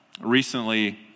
Recently